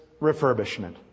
refurbishment